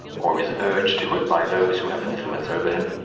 or is urged to it by those who have influence over him,